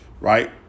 right